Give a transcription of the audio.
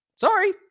Sorry